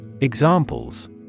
Examples